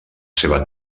seva